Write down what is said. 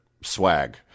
swag